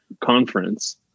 conference